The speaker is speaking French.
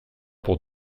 pour